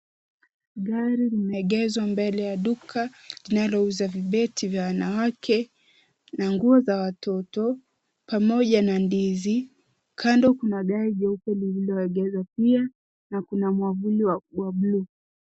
Gari limeegeshwa mbele ya duka linalouza vibeti vya wanawake na nguo za watoto pamoja na ndizi. Kando kuna gari jeupe lililoegeshwa pia na kuna mwavuli wa bluu.